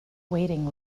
waiting